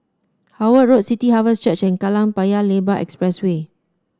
Howard Road City Harvest Church and Kallang Paya Lebar Expressway